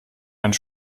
einen